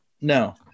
no